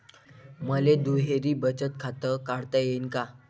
मले दुहेरी बचत खातं काढता येईन का?